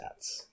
stats